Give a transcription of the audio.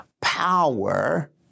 power